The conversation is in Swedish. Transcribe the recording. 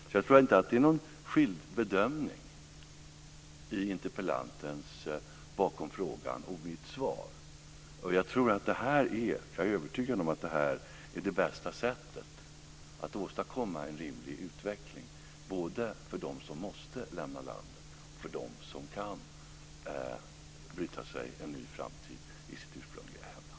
Jag tror alltså inte att det ligger någon skild bedömning bakom interpellantens fråga och mitt svar. Jag är övertygad om att det här är det bästa sättet att åstadkomma en rimlig utveckling både för dem som måste lämna landet och för dem som kan bryta sig en ny framtid i sitt ursprungliga hemland.